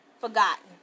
forgotten